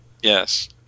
Yes